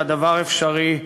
והדבר אפשרי.